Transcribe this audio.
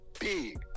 big